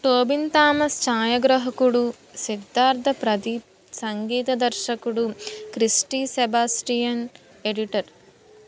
Tobin Thomas ఛాయాగ్రహకుడు సిద్ధార్థ ప్రదీప్ సంగీత దర్శకుడు క్రిస్టీ సెబాస్టియన్ ఎడిటర్